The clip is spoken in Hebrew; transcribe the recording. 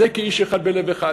זה "כאיש אחד בלב אחד".